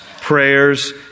prayers